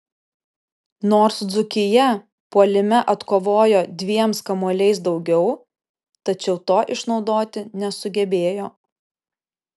nors dzūkija puolime atkovojo dviems kamuoliais daugiau tačiau to išnaudoti nesugebėjo